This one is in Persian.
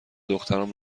دختران